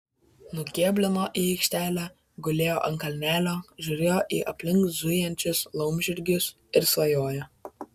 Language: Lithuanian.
nukėblino į aikštelę gulėjo ant kalnelio žiūrėjo į aplink zujančius laumžirgius ir svajojo